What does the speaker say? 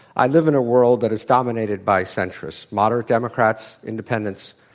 i live in a world that is dominated by centrists, moderate democrats, independents,